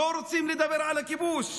לא רוצים לדבר על הכיבוש,